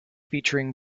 featuring